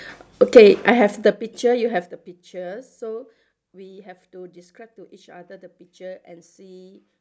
okay I have the picture you have the picture so we have to describe to each other the picture and see